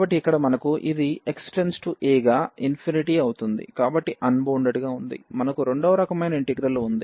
కాబట్టి ఇక్కడ మనకు ఇది x aగా ∞ అవుతోంది కాబట్టి అన్బౌండెడ్ గా ఉంది మనకు రెండవ రకమైన ఇంటిగ్రల్ ఉంది